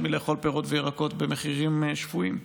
לאכול פירות וירקות במחירים שפויים,